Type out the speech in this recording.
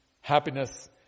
happiness